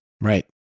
Right